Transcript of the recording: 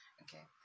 okay